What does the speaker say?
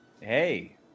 Hey